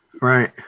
right